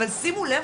אבל שימו לב,